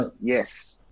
Yes